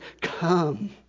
come